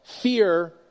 fear